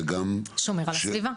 שומרים על הסביבה.